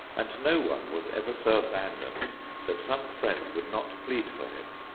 and no one was ever so abandoned that some friend would not plead for him,